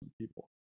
people